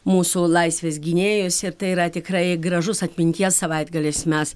mūsų laisvės gynėjus ir tai yra tikrai gražus atminties savaitgalis mes